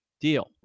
deal